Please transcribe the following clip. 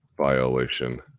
Violation